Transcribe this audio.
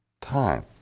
time